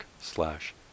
slash